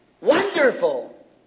wonderful